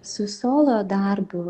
su solo darbu